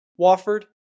Wofford